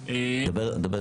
בישראל.